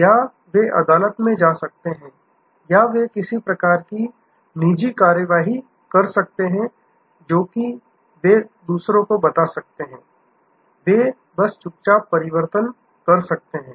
या वे अदालत में जा सकते हैं या वे किसी प्रकार की निजी कार्रवाई कर सकते हैं जो कि वे दूसरों को बता सकते हैं वे बस चुपचाप परिवर्तन कर सकते हैं